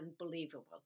unbelievable